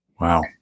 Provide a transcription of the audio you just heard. Wow